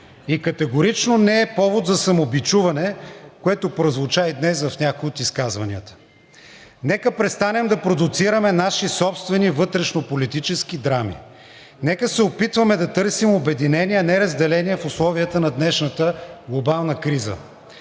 и категорично не е повод за самобичуване, което прозвуча и днес в някои от изказванията. Нека престанем да продуцираме наши собствени вътрешнополитически драми, нека се опитваме да търсим обединение, а не разделение в условията на днешната глобална криза,